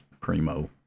primo